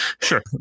sure